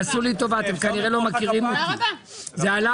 זה עלה